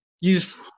use